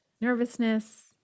nervousness